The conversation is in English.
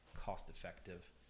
cost-effective